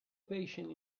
patient